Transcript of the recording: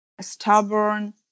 stubborn